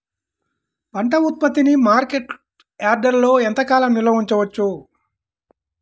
పంట ఉత్పత్తిని మార్కెట్ యార్డ్లలో ఎంతకాలం నిల్వ ఉంచవచ్చు?